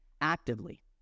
actively